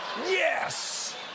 Yes